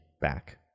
back